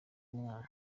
umwana